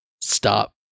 stop